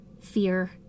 fear